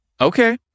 Okay